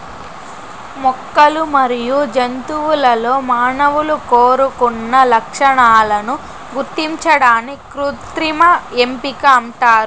మొక్కలు మరియు జంతువులలో మానవులు కోరుకున్న లక్షణాలను గుర్తించడాన్ని కృత్రిమ ఎంపిక అంటారు